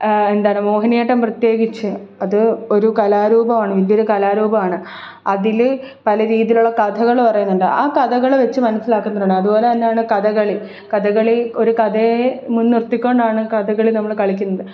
എന്താണ് മോഹിനിയാട്ടം പ്രേതേകിച്ച് അത് ഒരു കലാരൂപമാണ് വലിയൊരു കലാരൂപമാണ് അതിൽ പല രീതിയിലുള്ള കഥകൾ പറയുന്നുണ്ട് ആ കഥകൾ വച്ച് മനസ്സിലാക്കുന്നവരുണ്ട് അതുപോലെ തന്നെയാണ് കഥകളി കഥകളി ഒരു കഥയേ മുൻനിർത്തിക്കൊണ്ടാണ് കഥകളി നമ്മൾ കളിക്കുന്നത്